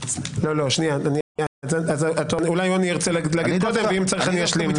אולי יוני ירצה להגיד קודם ואם יהיה צורך אני אשלים.